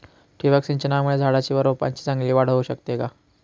ठिबक सिंचनामुळे झाडाची व रोपांची चांगली वाढ होऊ शकते का?